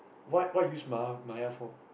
what what you use ma~ Maya for